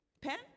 Pen